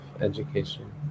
education